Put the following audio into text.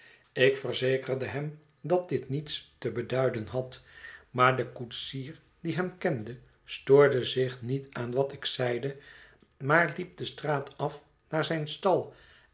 ik verzekerde hem dat dit niets te beduiden had maar de koetsier die hem kende stoorde zich niet aan wat ik zeide maar liep de straat af naar zijn stal